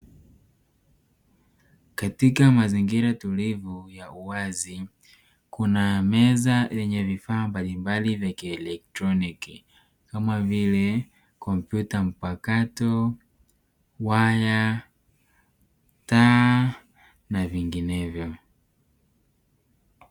Katika mazingira tulivu ya uwazi kuna meza yenye vifaa mbalimbali vya kielektroniki kama vile; kompyuta mpakato, waya ,taa na vinginevyo .